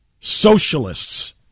socialists